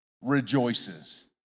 rejoices